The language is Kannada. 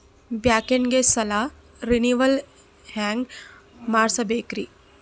ಬ್ಯಾಂಕ್ದಾಗ ಸಾಲ ರೇನೆವಲ್ ಹೆಂಗ್ ಮಾಡ್ಸಬೇಕರಿ?